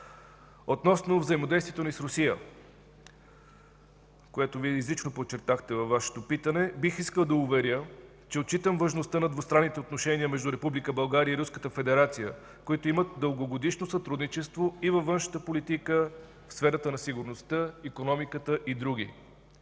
Относно взаимодействието ни с Русия, което изрично подчертахте във Вашето питане, бих искал да уверя, че отчитам важността на двустранните отношения между Република България и Руската федерация, които имат дългогодишно сътрудничество и във външната политика, в сферата на сигурността, икономиката и други.